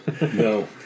No